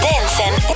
Dancing